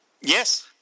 Yes